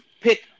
pick